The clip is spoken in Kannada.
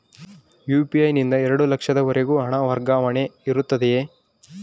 ಯು.ಪಿ.ಐ ನಿಂದ ಎರಡು ಲಕ್ಷದವರೆಗೂ ಹಣ ವರ್ಗಾವಣೆ ಇರುತ್ತದೆಯೇ?